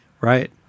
Right